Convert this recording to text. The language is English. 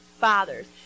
fathers